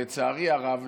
לצערי הרב,